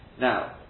now